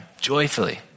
joyfully